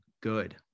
good